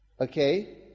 okay